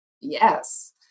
Yes